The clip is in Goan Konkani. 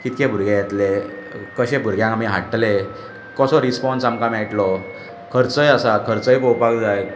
कितके भुरगें येतले कशे भुरग्यांक आमी हाडटले कसो रिस्पोन्स आमकां मेळटलो खर्चय आसा खर्चय पळोवपाक जाय